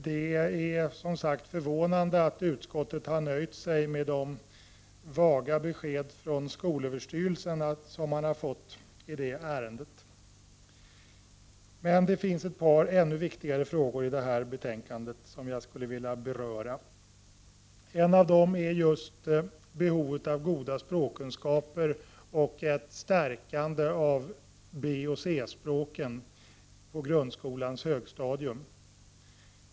Det är som sagt förvånande att utskottet har nöjt sig med de vaga besked från skolöverstyrelsen som man har fått i ärendet. Det finns dock ett par ännu viktigare frågor i detta betänkande som jag skulle vilja beröra. En av dem är behovet av goda språkkunskaper och ett stärkande av B och C-språken i grundskolans högstadium.